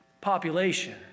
population